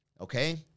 okay